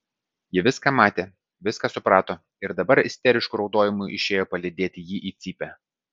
ji viską matė viską suprato ir dabar isterišku raudojimu išėjo palydėti jį į cypę